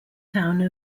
town